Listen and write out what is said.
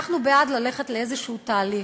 אנחנו בעד ללכת לאיזה תהליך,